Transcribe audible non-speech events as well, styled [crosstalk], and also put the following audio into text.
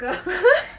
[laughs]